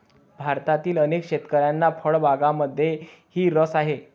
भारतातील अनेक शेतकऱ्यांना फळबागांमध्येही रस आहे